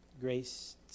Grace